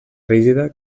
rígida